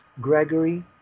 Gregory